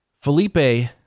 Felipe